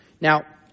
Now